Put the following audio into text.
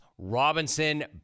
Robinson